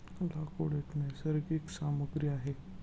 लाकूड एक नैसर्गिक सामग्री आहे